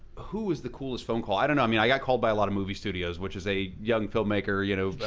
who was the coolest phone call? i don't know i mean, i got called by a lot of movie studios, which, as a young film maker's you know